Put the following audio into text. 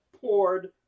poured